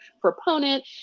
proponent